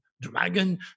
dragon